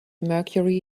mercury